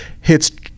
hits